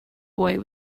boy